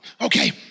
okay